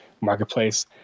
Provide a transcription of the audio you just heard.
marketplace